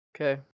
Okay